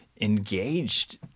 engaged